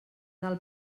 del